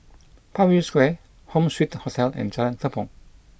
Parkview Square Home Suite Hotel and Jalan Tepong